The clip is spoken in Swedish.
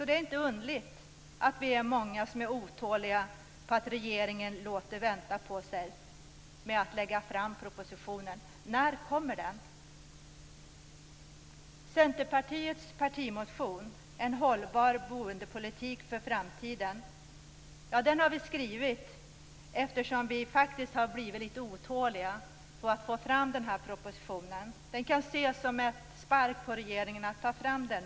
Det är inte underligt att vi är många som är otåliga för att regeringen låter vänta på sig med att lägga fram propositionen. När kommer den? Centerpartiets partimotion En hållbar boendepolitik för framtiden har vi skrivit därför att vi faktiskt har blivit litet otåliga att få fram propositionen. Det kan ses som en spark på regeringen att få fram den.